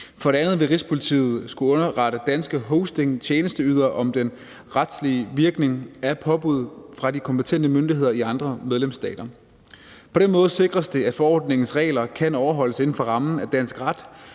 For det andet vil Rigspolitiet skulle underrette danske hostingtjenesteydere om den retslige virkning af påbuddet fra de kompetente myndigheder i andre medlemsstater. På den måde sikres det, at forordningens regler kan overholdes inden for rammen af dansk ret,